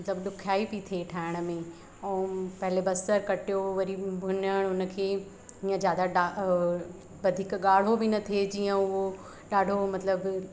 मतिलबु ॾुखयाई पई थिए ठाहिण में ऐं पहले बसर कटियो वरी भुञण हुनखे या ज्यादा वधीक ॻाढ़ो बि न थिए जीअं उहो ॾाढो मतिलबु